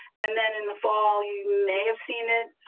and then in the fall. you may have seen it.